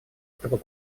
этого